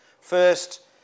First